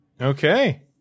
okay